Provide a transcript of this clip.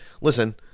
Listen